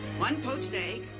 one poached egg,